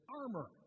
armor